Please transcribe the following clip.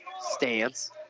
stance